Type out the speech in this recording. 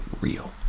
real